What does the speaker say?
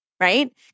Right